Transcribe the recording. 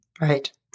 Right